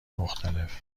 مختلف